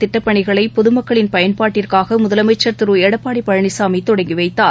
மதிப்பிலானதிட்டப்பணிகளைபொதுமக்களின் பயன்பாட்டிற்காகமுதலமைச்சர் திருஎடப்பாடிபழனிசாமிதொடங்கிவைத்தார்